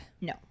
No